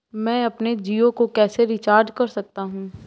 मैं अपने जियो को कैसे रिचार्ज कर सकता हूँ?